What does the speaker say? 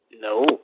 No